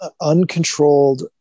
uncontrolled